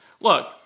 Look